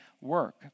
work